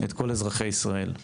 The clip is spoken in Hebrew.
את כל אזרחי ישראל.